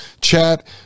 chat